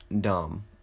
Dumb